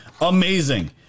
amazing